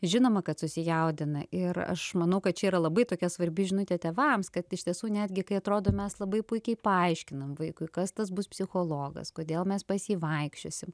žinoma kad susijaudina ir aš manau kad čia yra labai tokia svarbi žinutė tėvams kad iš tiesų netgi kai atrodo mes labai puikiai paaiškinam vaikui kas tas bus psichologas kodėl mes pasivaikščiosim